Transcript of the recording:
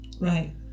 right